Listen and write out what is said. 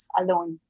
alone